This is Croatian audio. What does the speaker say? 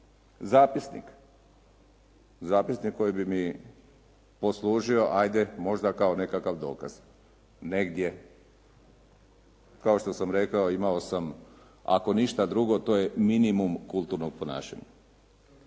Zapisnik koji bi mi poslužio, ajde možda kao nekakav dokaz. Negdje. Kao što sam rekao imao sam, ako ništa drugo minimum kulturnog ponašanja.